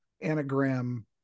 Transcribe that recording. anagram